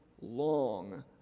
long